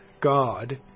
God